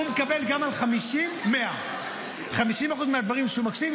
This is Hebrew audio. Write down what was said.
הוא גם על 50 מקבל 100. 50% מהדברים שהוא מקשיב,